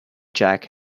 jack